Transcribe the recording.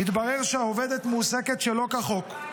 התברר שהעובדת מועסקת שלא כחוק,